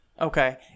Okay